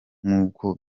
nk’uko